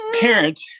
parent